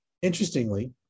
Interestingly